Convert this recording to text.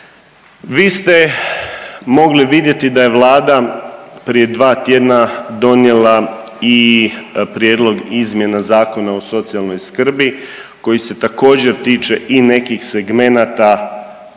Vi ste mogli vidjeti da je Vlada prije dva tjedna donijela i Prijedlog izmjena Zakona o socijalnoj skrbi koji se također tiče i nekih segmenata